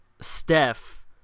Steph